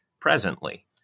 presently